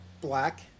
black